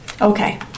Okay